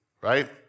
right